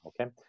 okay